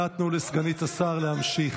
נא תנו לסגנית השר להמשיך.